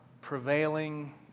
prevailing